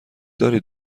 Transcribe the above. دارید